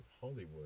Hollywood